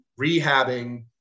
rehabbing